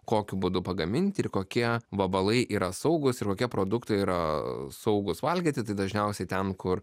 kokiu būdu pagaminti ir kokie vabalai yra saugūs ir kokie produktai yra saugūs valgyti tai dažniausiai ten kur